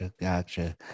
Gotcha